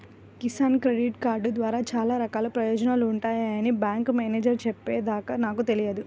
Kisan credit card ద్వారా చాలా రకాల ప్రయోజనాలు ఉంటాయని బ్యాంకు మేనేజేరు చెప్పే దాకా నాకు తెలియదు